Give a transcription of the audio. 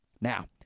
Now